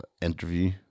interview